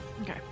Okay